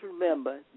remember